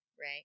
right